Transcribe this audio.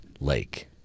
lake